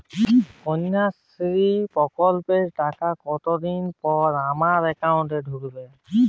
কন্যাশ্রী প্রকল্পের টাকা কতদিন পর আমার অ্যাকাউন্ট এ ঢুকবে?